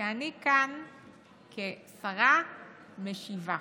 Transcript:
ואני כאן כשרה משיבה.